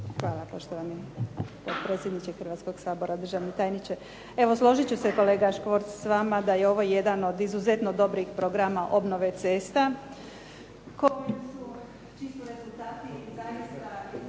Hvala gospodine potpredsjedniče Hrvatskoga sabora, kolegice i kolege. Evo složit ću se kolega Škvorc s vama da je ovo jedan od izuzetno dobrih programa obnove cesta.